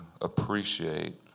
appreciate